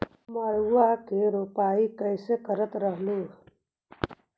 मड़उआ की रोपाई कैसे करत रहलू?